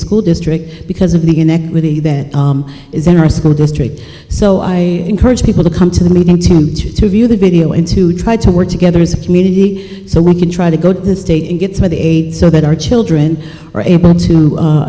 school district because of the connect with the that is in our school district so i encourage people to come to them to view the video and to try to work together as a community so we can try to go to the state and get some of the aid so that our children are able to